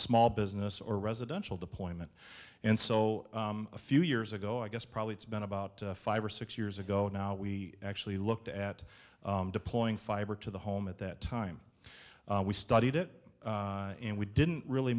small business or residential deployment and so a few years ago i guess probably it's been about five or six years ago now we actually looked at deploying fiber to the home at that time we studied it and we didn't really